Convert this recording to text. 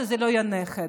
שזה לא יהיה נכד.